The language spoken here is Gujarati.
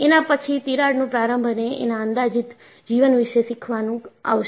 એના પછી તિરાડનું પ્રારંભ અને એના અંદાજીત જીવન વિશે શીખવાનું આવશે